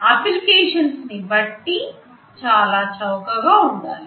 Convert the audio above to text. అప్లికేషన్స్నీ బట్టి చాలా చౌకగా ఉండాలి